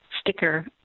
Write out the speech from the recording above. sticker